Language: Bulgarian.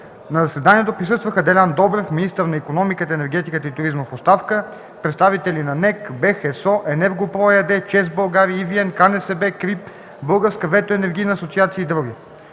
На заседанието присъстваха Делян Добрев – министър на икономиката, енергетиката и туризма в оставка, представители на НЕК, БЕХ, ЕСО, Енерго-про ЕАД, ЧЕЗ България, EVN, КНСБ, КРИБ, Българска ветроенергийна асоциация и други.